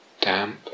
Damp